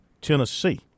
Tennessee